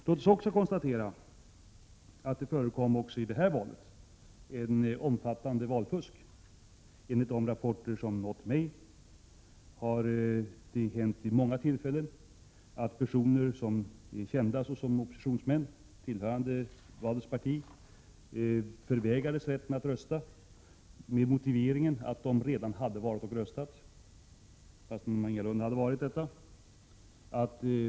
Låt oss också konstatera att det i detta val förekom ett omfattande valfusk. Enligt de rapporter som har nått mig har det hänt vid många tillfällen att personer som är kända såsom oppositionsmän tillhörande Wades parti förvägrats rätten att rösta, med motiveringen att de redan skulle ha röstat, fastän så ingalunda var fallet.